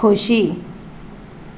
खोशी